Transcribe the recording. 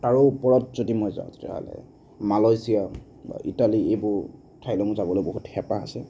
তাৰো ওপৰত যদি মই যাওঁ তেতিয়াহ'লে মালেয়েছিয়া ইটালী এইবোৰ ঠাইলৈ মোৰ যাবলৈ বহুত হেঁপাহ আছে